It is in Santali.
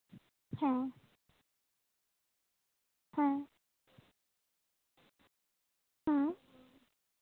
ᱦᱮᱸ ᱦᱮᱸ ᱦᱮᱸ